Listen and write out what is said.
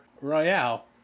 Royale